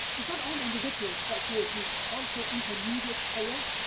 it's not only individuals like you and me, it's also intermediate players,